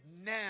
Now